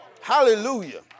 hallelujah